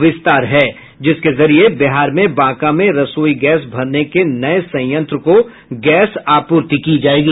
विस्तार है जिसके जरिये बिहार में बांका में रसोई गैस भरने के नये संयंत्र को गैस आपूर्ति की जायेगी